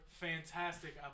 fantastic